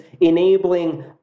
enabling